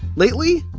lately,